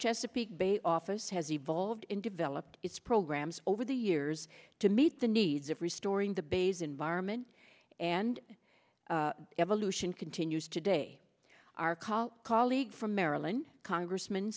chesapeake bay office has evolved and develop it's programs over the years to meet the needs of restoring the base environment and evolution continues today our call colleague from maryland congressm